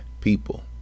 people